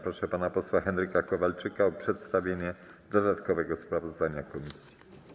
Proszę pana posła Henryka Kowalczyka o przedstawienie dodatkowego sprawozdania komisji.